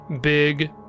big